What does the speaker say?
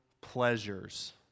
pleasures